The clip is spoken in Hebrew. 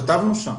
כתבנו שם,